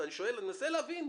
אני מנסה להבין,